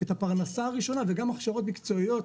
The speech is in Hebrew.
את הפרנסה הראשונה וגם הכשרות מקצועיות.